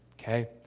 Okay